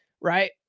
right